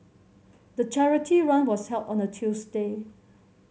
the charity run was held on a Tuesday